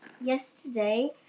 yesterday